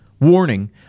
warning